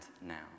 now